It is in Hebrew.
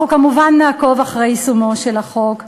אנחנו, כמובן, נעקוב אחרי יישומו של החוק.